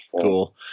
Cool